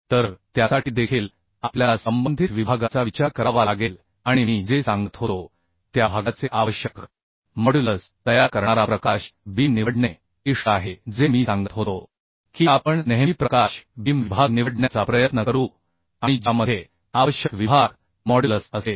तर त्यासाठी देखील आपल्याला संबंधित विभागाचा विचार करावा लागेल आणि मी जे सांगत होतो त्या भागाचे आवश्यक मॉड्युलस तयार करणारा प्रकाश बीम निवडणे इष्ट आहे जे मी सांगत होतो की आपण नेहमी प्रकाश बीम विभाग निवडण्याचा प्रयत्न करू आणि ज्यामध्ये आवश्यक विभाग मॉड्युलस असेल